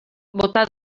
bota